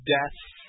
Deaths